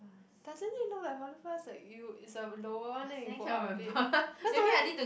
doesn't it look like public bus like you is a lower one then you go up a bit cause normally